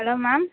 hello ma'am